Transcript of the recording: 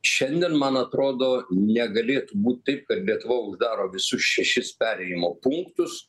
šiandien man atrodo negalėtų būt taip kad lietuva uždaro visus šešis perėjimo punktus